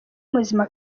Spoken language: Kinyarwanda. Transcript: muzima